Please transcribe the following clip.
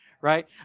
right